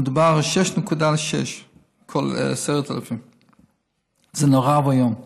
מדובר על 6.6 על כל 10,000. זה נורא ואיום,